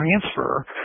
transfer